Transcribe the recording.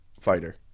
fighter